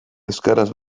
euskaraz